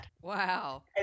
Wow